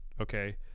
okay